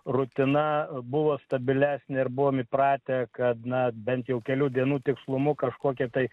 rutina buvo stabilesnė ir buvom įpratę kad na bent jau kelių dienų tikslumu kažkokie tai